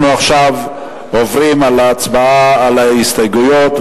אנחנו עכשיו עוברים להצבעה על ההסתייגויות,